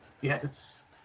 Yes